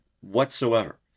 whatsoever